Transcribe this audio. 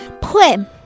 Poem